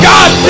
God